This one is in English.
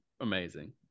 amazing